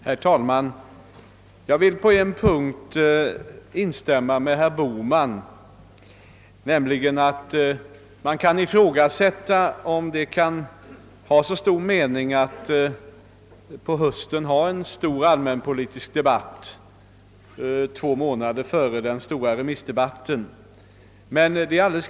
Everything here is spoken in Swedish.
Herr talman! Jag vill på en punkt instämma med herr Bohman, nämligen att man kan ifrågasätta om det är så stor mening att riksdagen på hösten håller en allmänpolitisk debatt, två månader före den stora remissdebatten.